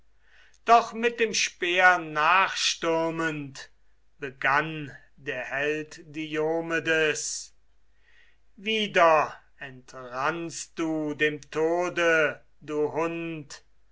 trieb mit dem hauch sie zurück vom peleionen achilleus wieder entrannst du dem tode du hund